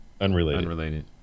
Unrelated